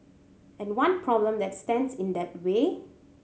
and one problem that stands in that way